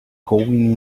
going